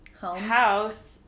house